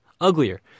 uglier